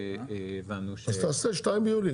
אז תעשה 2 ביולי.